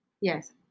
Yes